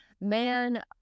man